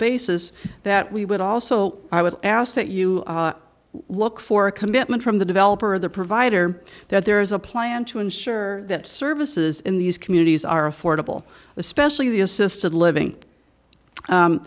basis that we would also i would ask that you look for a commitment from the developer of the provider that there is a plan to ensure that services in these communities are affordable especially the assisted living